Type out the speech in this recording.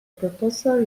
proposal